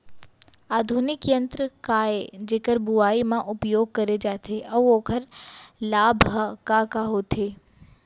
आधुनिक यंत्र का ए जेकर बुवाई म उपयोग करे जाथे अऊ ओखर लाभ ह का का होथे?